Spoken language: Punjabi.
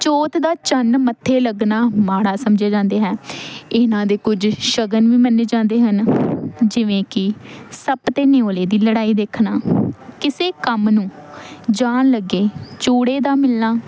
ਚੌਥ ਦਾ ਚੰਨ ਮੱਥੇ ਲੱਗਣਾ ਮਾੜਾ ਸਮਝਿਆ ਜਾਂਦਾ ਹੈ ਇਹਨਾਂ ਦੇ ਕੁਝ ਸ਼ਗਨ ਵੀ ਮੰਨੇ ਜਾਂਦੇ ਹਨ ਜਿਵੇਂ ਕਿ ਸੱਪ ਅਤੇ ਨਿਊਲੇ ਦੀ ਲੜਾਈ ਦੇਖਣਾ ਕਿਸੇ ਕੰਮ ਨੂੰ ਜਾਣ ਲੱਗੇ ਚੂਹੜੇ ਦਾ ਮਿਲਣਾ